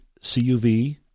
CUV